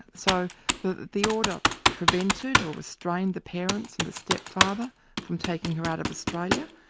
so the the order prevented, or restrained the parents and the stepfather from taking her out of australia.